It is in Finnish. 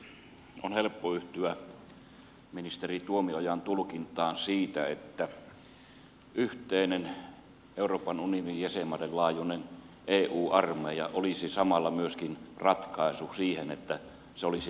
on helppo yhtyä ministeri tuomiojan tulkintaan siitä että yhteinen euroopan unionin jäsenmaiden laajuinen eu armeija olisi samalla myöskin ratkaisu siihen että se olisi liittovaltio